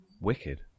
wicked